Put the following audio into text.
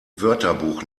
wörterbuch